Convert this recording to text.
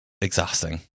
exhausting